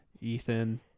Ethan